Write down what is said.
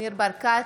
ניר ברקת,